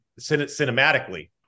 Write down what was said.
cinematically